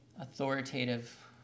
authoritative